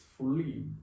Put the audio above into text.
fully